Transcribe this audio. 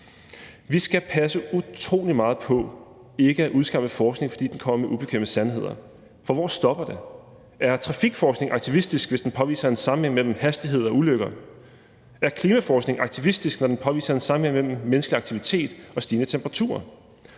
Vi skal passe utrolig meget på ikke at udskamme forskning, fordi den kommer med ubekvemme sandheder, for hvor stopper det? Er trafikforskning aktivistisk, hvis den påviser en sammenhæng mellem hastighed og ulykker? Er klimaforskning aktivistisk, når den påviser en sammenhæng mellem menneskelig aktivitet og stigende temperaturer?